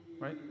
right